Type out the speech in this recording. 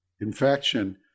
infection